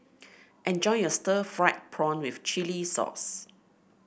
enjoy your Stir Fried Prawn with Chili Sauce